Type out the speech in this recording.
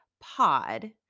pod